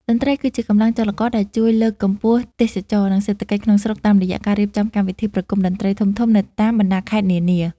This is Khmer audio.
តន្ត្រីគឺជាកម្លាំងចលករដែលជួយលើកកម្ពស់ទេសចរណ៍ និងសេដ្ឋកិច្ចក្នុងស្រុកតាមរយៈការរៀបចំកម្មវិធីប្រគំតន្ត្រីធំៗនៅតាមបណ្តាខេត្តនានា។